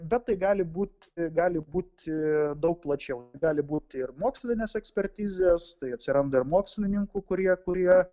bet tai gali būt gali būti daug plačiau gali būti ir mokslinės ekspertizės tai atsiranda ir mokslininkų kurie kurie